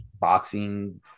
boxing